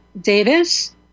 Davis